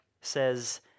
says